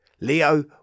Leo